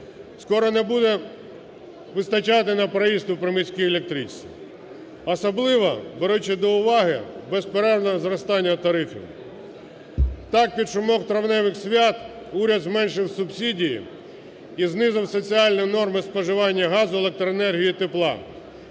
скоро не буде вистачати на проїзд у приміській електричці, особливо беручи до уваги безперервне зростання тарифів. Так, під шумок травневих свят уряд зменшив субсидії і знизив соціальні норми споживання газу, електроенергії і тепла,